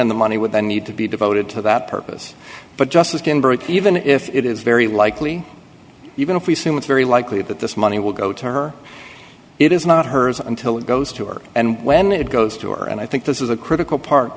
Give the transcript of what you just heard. and the money would then need to be devoted to that purpose but justice ginsburg even if it is very likely even if we assume it's very likely that this money will go to her it is not hers until it goes to work and when it goes to her and i think this is a critical part